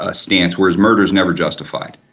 ah stance, whereas murder is never justified.